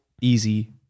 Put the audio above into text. easy